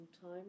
time